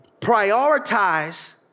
Prioritize